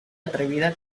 atrevida